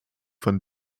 von